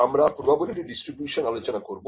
আমরা probability distribution আলোচনা করব